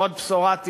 עוד בשורת איוב,